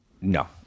no